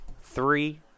Three